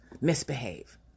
misbehave